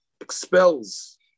expels